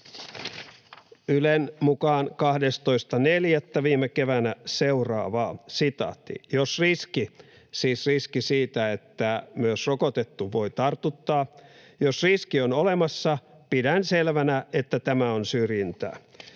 Ylen mukaan 12.4. viime keväänä seuraavaa: ”Jos riski” — siis riski siitä, että myös rokotettu voi tartuttaa — ”on olemassa, pidän selvänä, että tämä on syrjintää.”